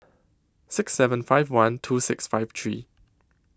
six seven five one two six five three